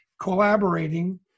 collaborating